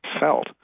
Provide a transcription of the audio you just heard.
felt